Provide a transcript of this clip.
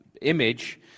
image